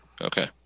Okay